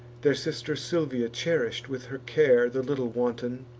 their sister silvia cherish'd with her care the little wanton,